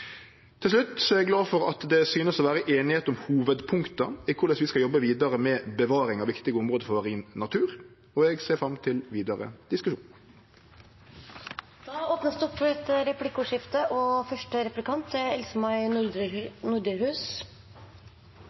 Til slutt er eg glad for at det synest å vere einigheit om hovudpunkta i korleis vi skal jobbe vidare med bevaring av viktige område for marin natur, og eg ser fram til vidare diskusjon.